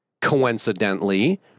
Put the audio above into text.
coincidentally